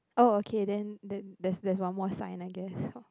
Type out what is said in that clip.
oh okay then then that's that's one more size I guess